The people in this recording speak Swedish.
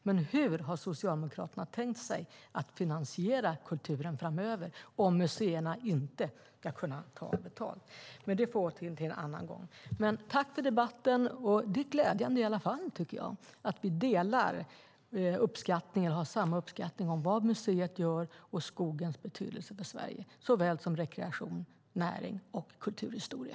Men hur har Socialdemokraterna tänkt sig att finansiera kulturen framöver om museerna inte ska kunna ta betalt? Det får vi återkomma till en annan gång. Tack för debatten! Det är i alla fall glädjande, tycker jag, att vi känner lika stor uppskattning för vad museet gör och för skogens betydelse för Sverige, när det gäller såväl rekreation som näring och kulturhistoria.